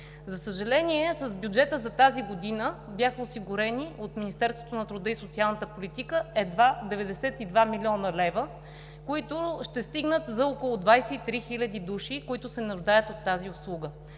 За съжаление, с бюджета за тази година бяха осигурени от Министерството на труда и социалната политика едва 92 млн. лв., които ще стигнат за около 23 хиляди души, нуждаещи се от тази услуга.